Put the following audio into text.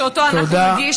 שאותו אנחנו נגיש,